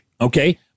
Okay